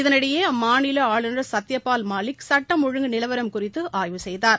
இதனிடையே அம்மாநில ஆளுநர் சத்யபால் மாலிக் சட்டம் ஒழுங்கு நிலவரம் குறித்து ஆய்வு செய்தார்